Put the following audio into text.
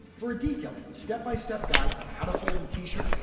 for a detailed step-by-step guide on how to fold a t-shirt,